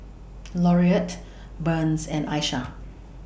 Laurette Burns and Isiah